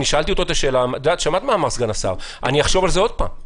שאלתי אותו את השאלה ושמעת מה הוא אמר: אני אחשוב על זה עוד פעם.